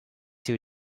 two